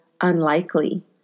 unlikely